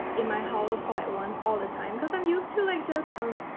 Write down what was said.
in my house, all at once. all the time. cause i'm used to like, just. um.